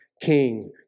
king